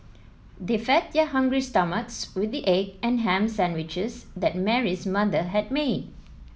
they fed their hungry stomachs with the egg and ham sandwiches that Mary's mother had made